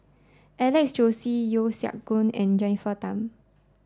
Alex Josey Yeo Siak Goon and Jennifer Tham